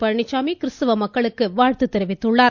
பழனிச்சாமி கிறிஸ்தவ மக்களுக்கு வாழ்த்து தெரிவித்துள்ளார்